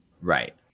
right